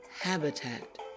Habitat